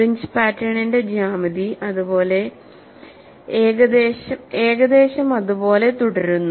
fringe പാറ്റേണിന്റെ ജ്യാമിതിഏകദേശം അതുപോലെ തുടരുന്നു